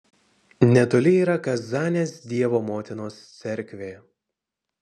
netoli yra kazanės dievo motinos cerkvė